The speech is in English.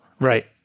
Right